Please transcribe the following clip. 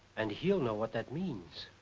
and he'll know what that means.